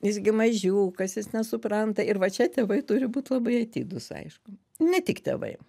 jis gi mažiukas jis nesupranta ir va čia tėvai turi būt labai atidūs aišku ne tik tėvai